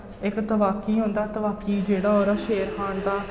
इक तवाकी होंदा तवाकी जेह्ड़ा ओह्दा शेर खान दा